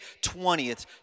20th